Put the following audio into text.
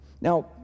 Now